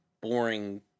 boring